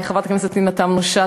חברת הכנסת פנינה תמנו-שטה,